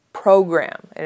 Program